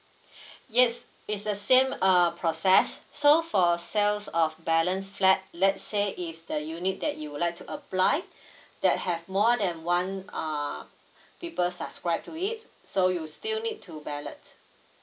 yes it's the same uh process so for sales of balance flat let's say if the unit that you would like to apply that have more than one uh people subscribe to it so you still need to ballot